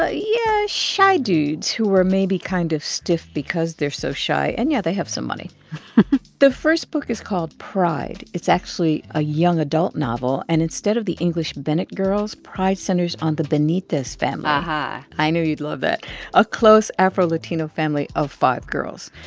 ah yeah, shy dudes who are maybe kind of stiff because they're so shy. and, yeah, they have some money the first book is called pride. it's actually a young adult novel. and instead of the english bennet girls, pride centers on the benitez family aha i knew you'd love that a close afro-latino family of five girls.